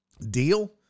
deal